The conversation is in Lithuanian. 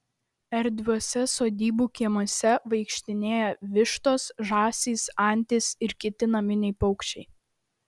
erdviuose sodybų kiemuose vaikštinėja vištos žąsys antys ir kiti naminiai paukščiai